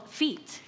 feet